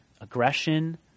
aggression